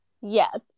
yes